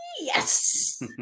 yes